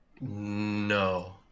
No